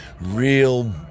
real